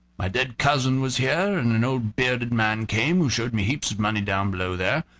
my dead cousin was here, and an old bearded man came, who showed me heaps of money down below there,